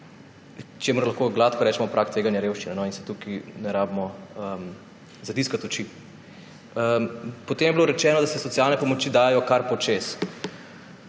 čemur lahko gladko rečemo prag tveganja revščine in si tukaj ne rabimo zatiskati oči. Potem je bilo rečeno, da se socialne pomoči dajejo kar počez.